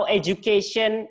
education